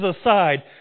aside